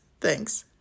Thanks